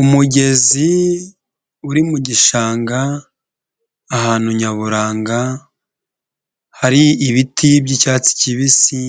Umugezi uri mu gishanga ahantu nyaburanga hari ibiti by'icyatsi kibisi